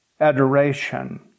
adoration